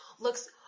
looks